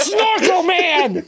Snorkelman